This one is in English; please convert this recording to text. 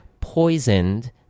poisoned